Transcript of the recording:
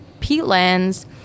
peatlands